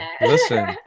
listen